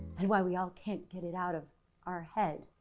and why we all can't get it out of our head.